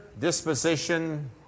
disposition